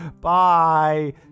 Bye